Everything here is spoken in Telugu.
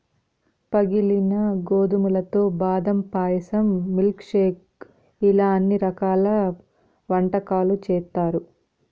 పగిలిన గోధుమలతో బాదం పాయసం, మిల్క్ షేక్ ఇలా అన్ని రకాల వంటకాలు చేత్తారు